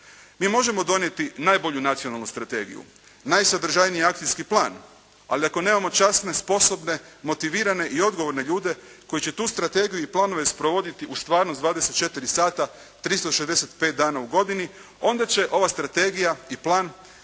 Mi možemo donijeti najbolju nacionalnu strategiju, najsadržajniji akcijski plan, ali ako nemamo časne, sposobne, motivirane i odgovorne ljude koji će tu strategiju i planove sprovoditi u stvarnost 24 sata 365 dana u godini, onda će ova strategija i plan